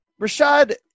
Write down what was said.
Rashad